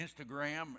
Instagram